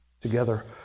together